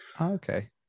Okay